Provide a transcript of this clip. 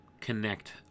connect